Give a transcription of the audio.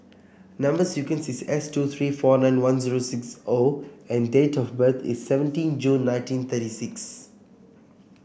number sequence is S two three four nine one zero six O and date of birth is seventeen June nineteen thirty six